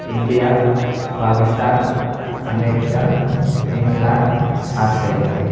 India Pakistan America New Zealand Australia